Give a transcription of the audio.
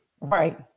right